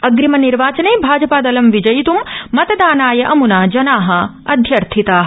अग्रिम निर्वाचने भाजपादलं विजयित् मतदानाय अम्ना जना अध्यर्थिता